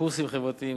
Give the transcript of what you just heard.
קורסים חברתיים,